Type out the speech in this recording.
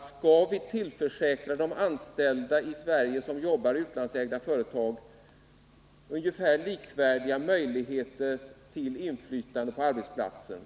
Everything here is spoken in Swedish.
Skall vi tillförsäkra de anställda i Sverige som jobbar i utlandsägda företag något så när likvärdiga möjligheter till inflytande på arbetsplatsen,